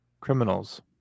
criminals